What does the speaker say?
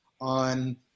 on